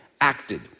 acted